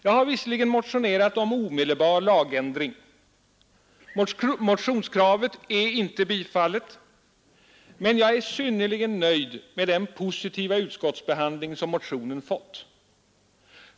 Jag hade visserligen motionerat om omedelbar lagändring. Motionskravet är inte tillstyrkt, men jag är synnerligen nöjd med den positiva utskottsbehandling som motionen har fått.